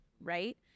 right